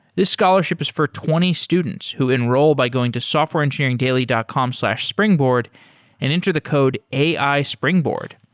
this scholarship is for twenty students who enroll by going to softwareengineeringdaily dot com slash springboard and enter the code ai springboard.